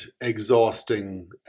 exhausting